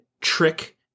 trick